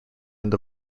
end